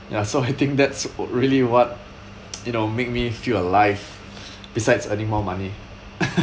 ya so I think that's really what it'll make me feel alive besides earning more money